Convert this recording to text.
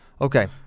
Okay